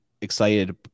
excited